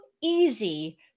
easy